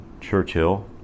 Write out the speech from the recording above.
Churchill